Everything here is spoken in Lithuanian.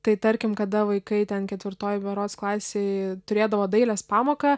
tai tarkim kada vaikai ten ketvirtoj berods klasėj turėdavo dailės pamoką